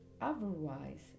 otherwise